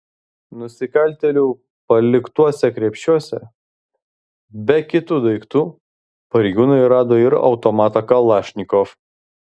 nusikaltėlių paliktuose krepšiuose be kitų daiktų pareigūnai rado ir automatą kalašnikov